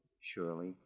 Surely